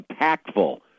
impactful